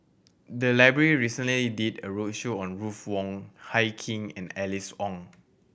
the library recently did a roadshow on Ruth Wong Hie King and Alice Ong